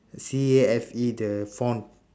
C A F E the font